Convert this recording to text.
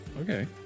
Okay